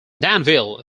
danville